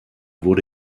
wurde